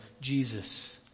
Jesus